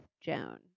Joan